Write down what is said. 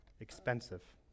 expensive